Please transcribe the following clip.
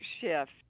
shift